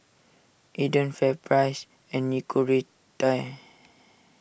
Aden FairPrice and Nicorette